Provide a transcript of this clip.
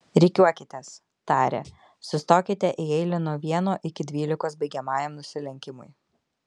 rikiuokitės tarė sustokite į eilę nuo vieno iki dvylikos baigiamajam nusilenkimui